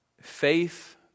Faith